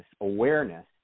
awareness